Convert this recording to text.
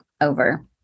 over